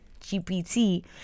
GPT